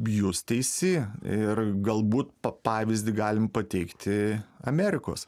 jūs teisi ir galbūt pa pavyzdį galim pateikti amerikos